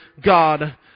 God